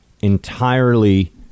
entirely